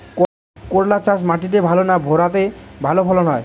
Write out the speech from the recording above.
করলা চাষ মাটিতে ভালো না ভেরাতে ভালো ফলন হয়?